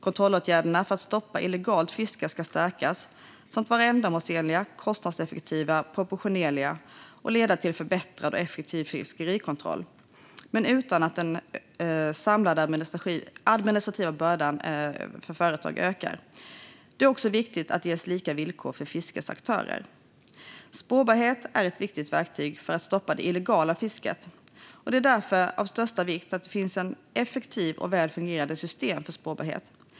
Kontrollåtgärderna för att stoppa illegalt fiske ska stärkas samt vara ändamålsenliga, kostnadseffektiva, proportionerliga och leda till förbättrad och effektiv fiskerikontroll - men utan att den samlade administrativa bördan för företagen ökar. Det är också viktigt att det ges lika villkor för fiskets aktörer. Spårbarhet är ett viktigt verktyg för att stoppa det illegala fisket, och det är därför av största vikt att det finns ett effektivt och väl fungerande system för spårbarhet.